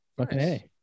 Okay